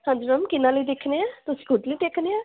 ਹਾਂਜੀ ਮੈਮ ਕਿਹਨਾਂ ਲਈ ਦੇਖਣੇ ਹੈ ਤੁਸੀਂ ਖੁਦ ਲਈ ਦੇਖਣੇ ਹੈ